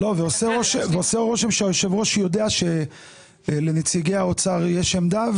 עושה רושם שהיושב-ראש יודע שלנציגי האוצר יש עמדה,